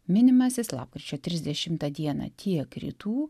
minimas jis lapkričio trisdešimtą dieną tiek rytų